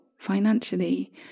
financially